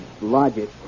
logic